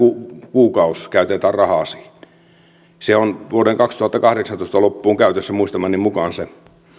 kuukausi käytetään rahaa siihen kun vuoden kaksituhattakahdeksantoista loppuun asti on käytössä muistamani mukaan se